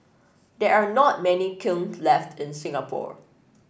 there are not many kiln left in Singapore